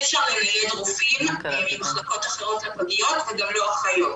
אי אפשר לנייד רופאים ממחלקות אחרות לפגיות וגם לא אחיות.